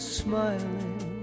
smiling